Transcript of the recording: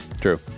true